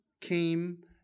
came